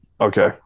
okay